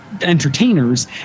entertainers